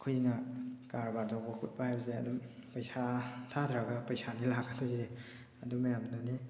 ꯑꯩꯈꯣꯏꯅ ꯀꯔꯕꯥꯔ ꯇꯧꯕ ꯈꯣꯠꯄ ꯍꯥꯏꯕꯁꯦ ꯑꯗꯨꯝ ꯄꯩꯁꯥ ꯊꯥꯊꯔꯒ ꯄꯩꯁꯥꯅꯤ ꯂꯥꯛꯀꯗꯣꯏꯁꯦ ꯑꯗꯨ ꯃꯌꯥꯝꯗꯨꯅꯤ